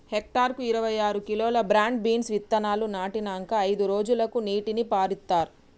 hectare కు ఇరవై ఆరు కిలోలు బ్రాడ్ బీన్స్ విత్తనాలు నాటినంకా అయిదు రోజులకు నీటిని పారిత్తార్